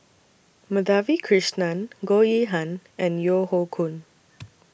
Madhavi Krishnan Goh Yihan and Yeo Hoe Koon